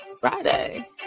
Friday